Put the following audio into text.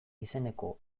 izeneko